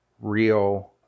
real